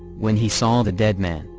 when he saw the dead man,